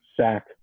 sack